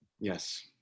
Yes